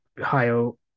Ohio